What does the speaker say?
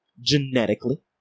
genetically